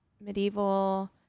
medieval